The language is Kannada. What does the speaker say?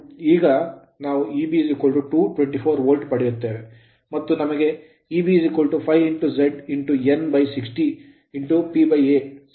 ಈಗ ನಾವು Eb 224 ವೋಲ್ಟ್ ಪಡೆಯುತ್ತೇವೆ ಮತ್ತು ನಮಗೆ Eb ∅ Z n60 PA ಸಹ ತಿಳಿದಿದೆ